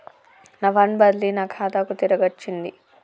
నా ఫండ్ బదిలీ నా ఖాతాకు తిరిగచ్చింది